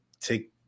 take